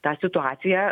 tą situaciją